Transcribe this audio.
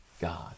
God